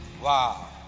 Wow